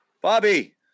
Bobby